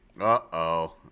Uh-oh